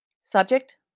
Subject